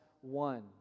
one